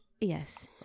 Yes